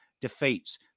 defeats